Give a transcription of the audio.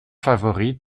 favori